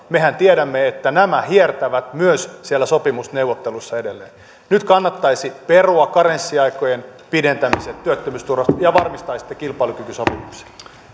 mehän tiedämme että nämä hiertävät myös siellä sopimusneuvotteluissa edelleen nyt kannattaisi perua karenssiaikojen pidentämiset työttömyysturvasta ja ja varmistaisitte kilpailukykysopimuksen